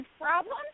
problem